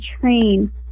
train